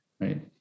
right